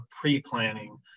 pre-planning